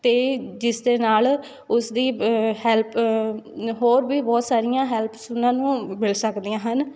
ਅਤੇ ਜਿਸ ਦੇ ਨਾਲ਼ ਉਸਦੀ ਬ ਹੈਲਪ ਹੋਰ ਵੀ ਬਹੁਤ ਸਾਰੀਆਂ ਹੈਲਪਸ ਉਹਨਾਂ ਨੂੰ ਮਿਲ ਸਕਦੀਆਂ ਹਨ